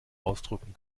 ausdrücken